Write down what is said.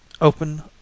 open